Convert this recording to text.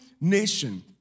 nation